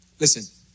Listen